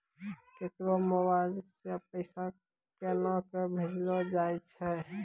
केकरो मोबाइल सऽ पैसा केनक भेजलो जाय छै?